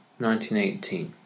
1918